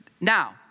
Now